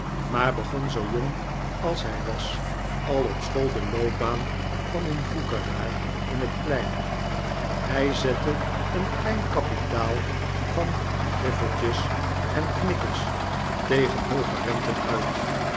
maar begon zoo jong als hij was al op school de loopbaan van een woekeraar in het klein hij zette een klein kapitaal van griffeltjes en knikkers tegen hooge renten uit